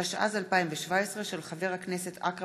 התשע"ז 2017, מאת חברי הכנסת יעקב